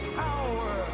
power